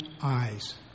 eyes